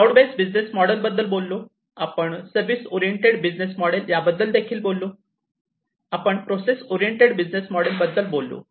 आपण cloud based business model बद्दल बोललो आपण सर्विस ओरिएंटेड बिझनेस मॉडेल बद्दल बोललो आपण प्रोसेस ओरिएंटेड बिझनेस मॉडेल बद्दल बोललो